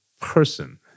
person